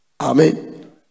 Amen